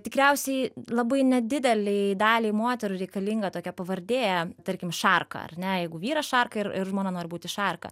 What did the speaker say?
tikriausiai labai nedidelei daliai moterų reikalinga tokia pavardė tarkim šarka ar ne jeigu vyras šarka ir ir žmona nori būti šarka